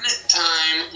time